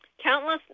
countless